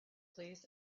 please